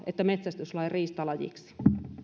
että kultasakaali metsästyslain riistalajiksi